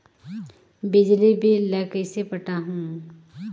बिजली बिल ल कइसे पटाहूं?